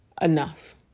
enough